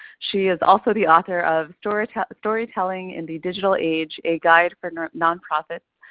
she is also the author of storytelling storytelling in the digital age a guide for nonprofits,